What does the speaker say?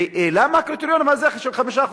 ולמה הקריטריון הזה של 5%,